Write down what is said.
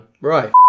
Right